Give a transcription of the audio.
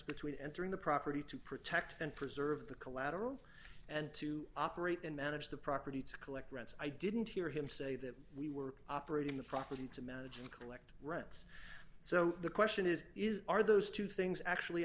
between entering the property to protect and preserve the collateral and to operate and manage the property to collect rents i didn't hear him say that we were operating the property to manage and collect rents so the question is is are those two things actually